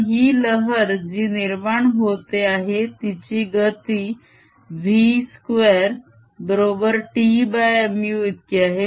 पण ही लहर जी निर्माण होते आहे तिची गती v 2 बरोबर Tmu इतकी आहे